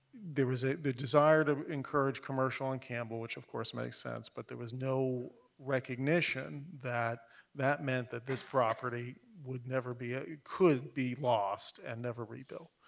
there was the desire to encourage commercial on campbell, which, of course, makes sense, but there was no recognition that that meant that this property would never be ah could be lost and never rebuilt.